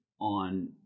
on